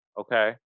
okay